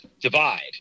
divide